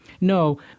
No